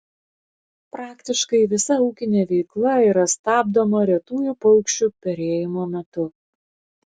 praktiškai visa ūkinė veikla yra stabdoma retųjų paukščių perėjimo metu